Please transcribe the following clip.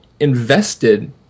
invested